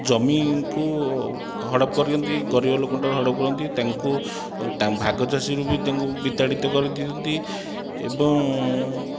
ଜମିକୁ ହଡ଼ପ କରନ୍ତି ଗରିବ ଲୋକଙ୍କଠାରୁ ହଡ଼ପ କରନ୍ତି ତାଙ୍କୁ ଭାଗ ଚାଷିରୁ ବି ତାଙ୍କୁ ବିତାଡ଼ିତ କରିଦିଅନ୍ତି ଏବଂ